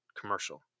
commercial